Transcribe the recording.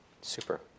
Super